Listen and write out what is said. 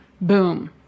boom